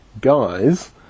guys